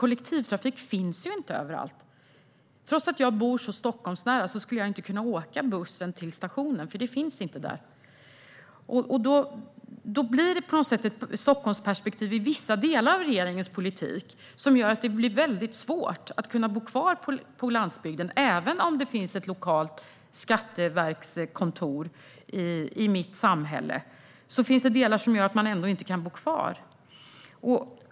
Kollektivtrafik finns ju inte överallt. Trots att jag bor Stockholmsnära skulle jag inte kunna ta bussen till stationen, för det finns ingen. Det blir ett Stockholmsperspektiv i vissa delar av regeringens politik, vilket gör det väldigt svårt att bo kvar på landsbygden. Även om det finns ett lokalt skatteverkskontor i det egna samhället finns det delar som gör att man ändå inte kan bo kvar.